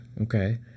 Okay